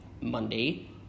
Monday